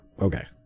okay